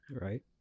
Right